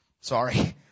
Sorry